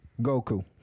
Goku